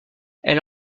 elle